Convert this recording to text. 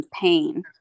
pain